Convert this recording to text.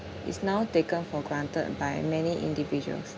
is now taken for granted by many individuals